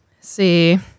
See